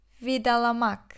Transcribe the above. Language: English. vidalamak